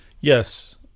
yes